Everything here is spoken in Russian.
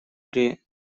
при